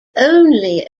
only